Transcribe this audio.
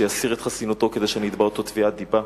שיסיר את חסינותו כדי שאני אתבע אותו תביעת דיבה.